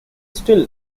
still